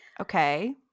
Okay